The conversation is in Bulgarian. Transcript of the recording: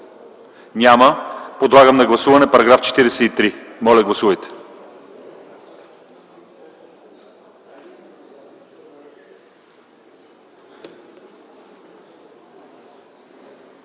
Няма. Подлагам на гласуване § 41. Моля, гласувайте.